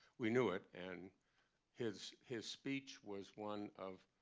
we knew it. and his his speech was one of